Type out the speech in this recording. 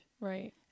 Right